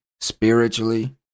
spiritually